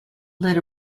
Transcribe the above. led